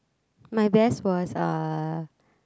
my best was uh